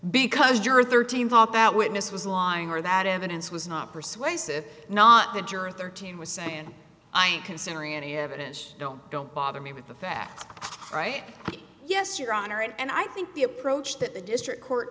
because you're thirteen top out witness was lying or that evidence was not persuasive not that juror thirteen was saying i'm considering any evidence don't don't bother me with the facts right yes your honor and i think the approach that the district court